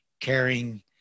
caring